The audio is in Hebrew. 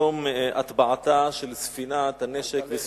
יום הטבעתה של ספינת הנשק "אלטלנה".